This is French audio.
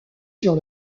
sur